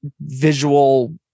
visual